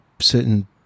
certain